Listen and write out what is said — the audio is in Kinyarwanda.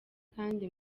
kandi